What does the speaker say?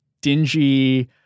dingy